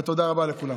ותודה רבה לכולם.